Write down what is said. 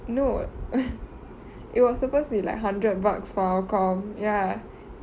no it was supposed to be like hundred bucks for our com ya